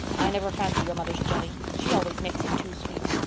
i never fancy your mother's jelly she always makes it too sweet.